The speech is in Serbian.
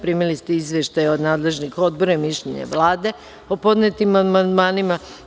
Primili ste izveštaj od nadležnih odbora i mišljenje Vlade o podnetim amandmanima.